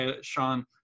Sean